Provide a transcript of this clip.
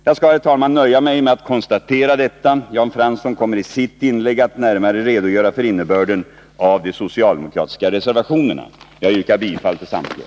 Jag skall, herr talman, nöja mig med att konstatera detta. Jan Fransson kommer i sitt inlägg att närmare redogöra för innebörden av de socialdemokratiska reservationerna. Jag yrkar bifall till samtliga.